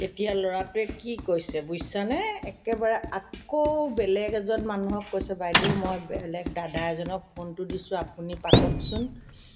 তেতিয়া ল'ৰাটোৱে কি কৈছে বুজিছা নে একেবাৰে আকৌ বেলেগ এজন মানুহক কৈছে বাইদেউ মই বেলেগ দাদা এজনক ফোনটো দিছোঁ আপুনি পাতকচোন